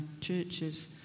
churches